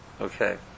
Okay